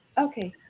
okay.